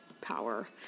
power